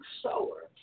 sower